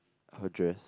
her dress